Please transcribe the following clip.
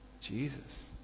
Jesus